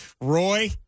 Roy